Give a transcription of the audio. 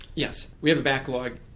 yes, we have a backlog.